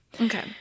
Okay